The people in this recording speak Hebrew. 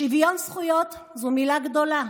שוויון זכויות זה מילה גדולה,